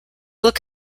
look